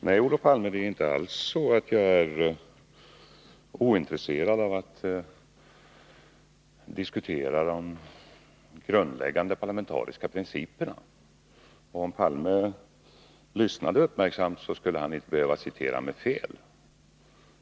Fru talman! Nej, Olof Palme, jag är inte alls ointresserad av att diskutera de grundläggande parlamentariska principerna. Om Olof Palme lyssnade uppmärksamt, skulle han inte behöva citera mig fel.